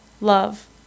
Love